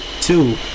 Two